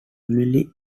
emile